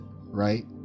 right